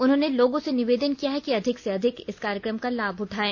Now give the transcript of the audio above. उन्होंने लोगों से निवेदन किया है कि अधिक से अधिक इस कार्यक्रम का लाभ उठायें